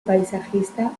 paisajista